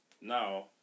Now